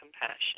compassion